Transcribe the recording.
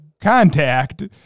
contact